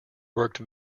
worked